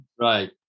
Right